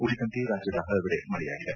ಉಳಿದಂತೆ ರಾಜ್ಯದ ಹಲವೆಡೆ ಮಳೆಯಾಗಿದೆ